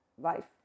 life